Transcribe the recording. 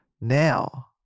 Now